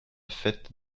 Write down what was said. faites